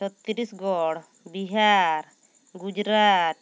Chhattisgarh Bihar Gujarat